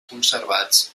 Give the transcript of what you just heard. conservats